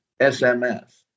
SMS